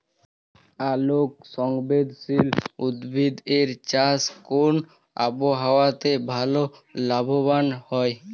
আলোক সংবেদশীল উদ্ভিদ এর চাষ কোন আবহাওয়াতে ভাল লাভবান হয়?